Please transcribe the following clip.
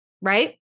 right